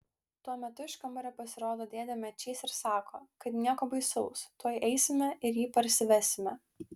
tuo metu iš kambario pasirodo dėdė mečys ir sako kad nieko baisaus tuoj eisime ir jį parsivesime